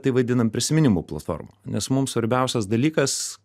tai vadinam prisiminimų platforma nes mums svarbiausias dalykas